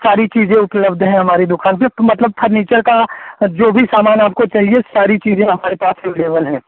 सारी चीज़ें उपलब्ध हैं हमारी दुकान पर मतलब फर्नीचर का जो भी सामान आपको चाहिए सारी चीज़ें हमारे पास एवलेवल है